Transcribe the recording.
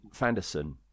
Fanderson